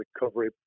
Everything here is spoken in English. recovery